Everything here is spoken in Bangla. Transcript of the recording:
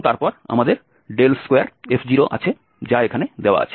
এবং তারপর আমাদের 2f0 আছে যা এখানে দেওয়া আছে